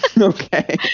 Okay